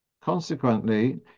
Consequently